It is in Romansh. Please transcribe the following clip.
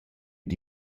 dad